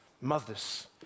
Mothers